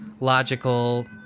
logical